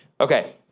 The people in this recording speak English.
Okay